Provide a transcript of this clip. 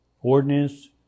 ordinance